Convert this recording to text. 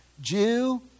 Jew